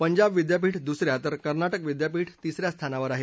पंजाब विद्यापीठ दुस या तर कर्नाटक विद्यापीठ तिस या स्थानावर आहे